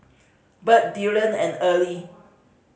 Bird Dillion and Early